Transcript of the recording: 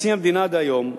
נשיא המדינה דהיום,